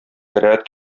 бәраәт